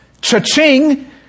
cha-ching